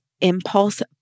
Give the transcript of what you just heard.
impulse